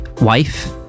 wife